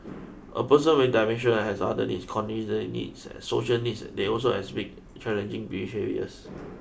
a person with dementia has other needs cognitive needs social needs they also exhibit challenging behaviours